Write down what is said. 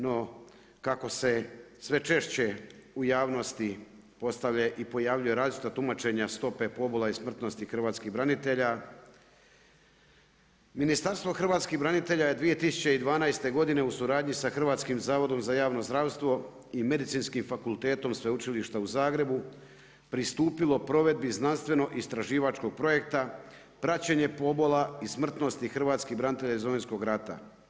No kako se sve češće u javnosti postavlja i pojavljuju različita tumačenja stope pobola i smrtnosti hrvatskih branitelja Ministarstvo hrvatskih branitelja je 2012. godine u suradnji sa Hrvatskim zavodom za javno zdravstvo i Medicinskim fakultetom Sveučilišta u Zagrebu pristupilo provedbi znanstveno istraživačkog projekta praćenje pobola i smrtnosti hrvatskih branitelja iz Domovinskog rata.